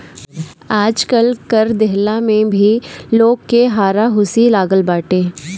आजकल कर देहला में भी लोग के हारा हुसी लागल बाटे